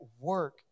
work